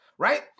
Right